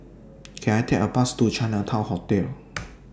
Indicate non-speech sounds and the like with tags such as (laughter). Can I Take A Bus to Chinatown Hotel (noise)